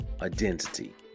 identity